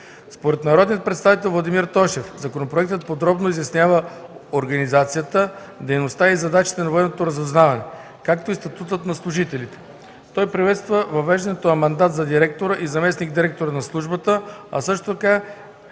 Според народния представител Владимир Тошев законопроектът подробно изяснява организацията, дейността и задачите на военното разузнаване, както и статутът на служителите. Той приветства въвеждането на мандат за директора и заместник-директора на службата, а също и